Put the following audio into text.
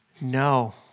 No